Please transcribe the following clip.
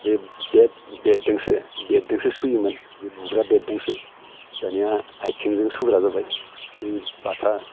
बे बे बेटदोंसो बेटदोंसो सुयोमोन बे बुग्रा बेटजोंसो दानिया आइथिंजों सुग्रा जाबाय बै बाथा